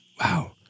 Wow